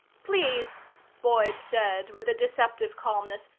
please boyd said with a deceptive calmness.